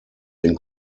den